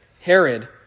Herod